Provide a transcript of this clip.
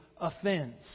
offense